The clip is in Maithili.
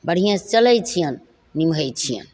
अपन बढ़ियेंसँ चलय छियनि निमहय छियनि